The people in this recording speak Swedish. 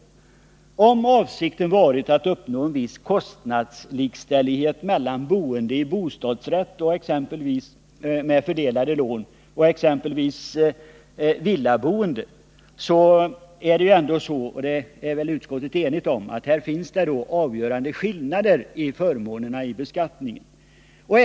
Men om avsikten varit att uppnå en viss kostnadslikställighet mellan boende i bostadsrättslägenhet med fördelade lån och exempelvis villaboende, så föreligger det här — och om detta är utskottet enigt — avgörande skillnader i beskattningsförmånerna.